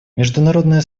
международное